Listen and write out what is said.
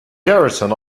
garrison